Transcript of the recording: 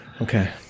Okay